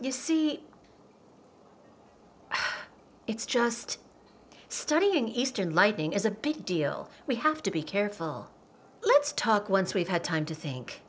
you see it's just studying eastern lighting is a big deal we have to be careful let's talk once we've had time to think